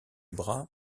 bras